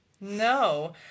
No